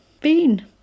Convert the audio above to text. Bean